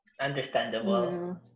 understandable